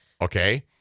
Okay